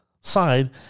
side